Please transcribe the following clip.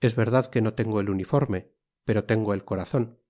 es verdad que no tengo el uniforme pero tengo el corazon